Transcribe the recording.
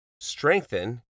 strengthen